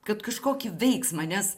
kad kažkokį veiksmą nes